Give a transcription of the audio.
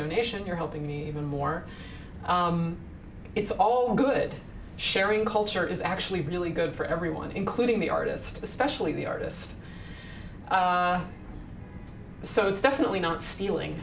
donation you're helping me even more it's all good sharing culture is actually really good for everyone including the artist especially the artist so it's definitely not stealing